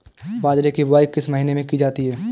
बाजरे की बुवाई किस महीने में की जाती है?